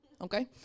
Okay